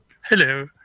Hello